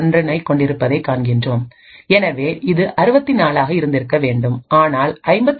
1னைக் கொண்டிருப்பதைக் காண்கிறோம் எனவே இது 64 ஆக இருந்திருக்க வேண்டும் ஆனால் 59